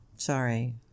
Sorry